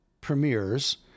premieres